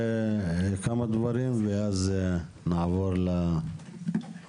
לומר כמה דברים, ואז נעבור לאורחים.